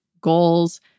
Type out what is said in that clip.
goals